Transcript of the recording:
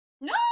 No